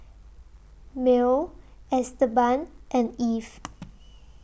Merl Esteban and Eve